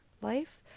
life